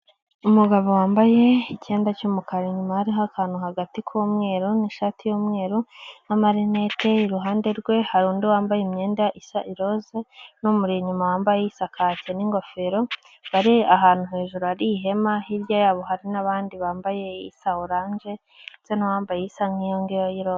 Umugabo wambaye icyenda cy'umukara inyuma hariho akantu hagati k'umweru n'ishati y'mweru n'amarinete, iruhande rwe hari undi wambaye imyenda isa iroze n'umuri inyuma wambaye isa kake n'ingofero, bari ahantu hejuru ari ihema hirya yabo hari n'abandi bambaye isa oranje ndetse n'uwambaye isa nk'iyo ngiyo y'iroza.